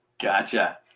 Gotcha